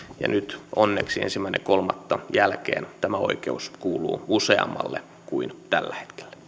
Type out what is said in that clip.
nyt onneksi ensimmäinen kolmatta jälkeen tämä oikeus kuuluu useammalle kuin tällä